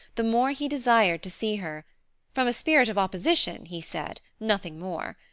the more he desired to see her from a spirit of opposition, he said, nothing more.